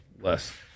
less